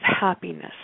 happiness